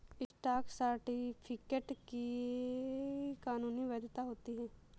stock certificate की कानूनी वैधता होती है